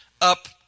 up